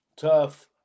Tough